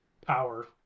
power